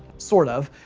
sort of.